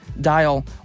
dial